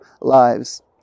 lives